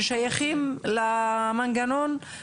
ששייכים למנגנון,